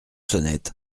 sonnette